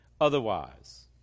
otherwise